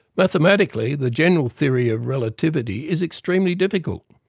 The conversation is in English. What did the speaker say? mathematically the general theory of relativity is extremely difficult.